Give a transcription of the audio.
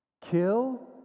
Kill